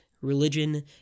religion